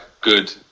good